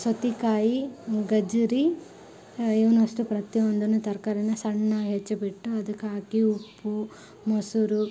ಸೌತೆಕಾಯಿ ಗಜರಿ ಇವ್ನ ಅಷ್ಟು ಪ್ರತಿಯೊಂದನ್ನು ತರಕಾರಿನ ಸಣ್ಣ ಹೆಚ್ಬಿಟ್ಟು ಅದಕ್ಕೆ ಹಾಕಿ ಉಪ್ಪು ಮೊಸರು